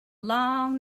long